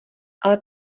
ale